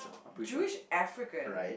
Jewish African